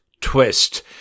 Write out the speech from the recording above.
twist